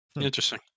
Interesting